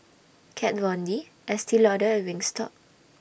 Kat Von D Estee Lauder and Wingstop